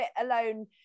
alone